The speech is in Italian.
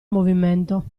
movimento